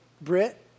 Brit